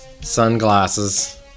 Sunglasses